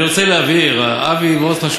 אני רוצה להבהיר: אבי וורצמן,